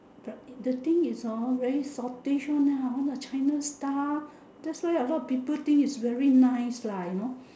the the thing is hor very saltish one hor then all the china stuff that's why a lot of people think it's very nice lah you know